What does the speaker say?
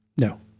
No